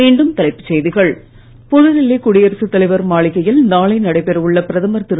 மீண்டும் தலைப்புச் செய்திகள் புதுடெல்லி குடியரசுத் தலைவர் மாளிகையில் நாளை நடைபெற உள்ள பிரதமர் திரு